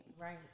Right